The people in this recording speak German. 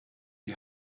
die